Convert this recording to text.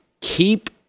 keep